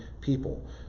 people